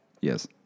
Yes